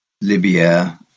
Libya